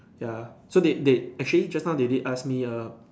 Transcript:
ya so they they actually just now they did ask me err